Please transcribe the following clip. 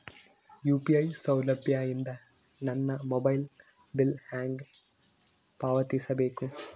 UPI ಸೌಲಭ್ಯ ಇಂದ ನನ್ನ ಮೊಬೈಲ್ ಬಿಲ್ ಹೆಂಗ್ ಪಾವತಿಸ ಬೇಕು?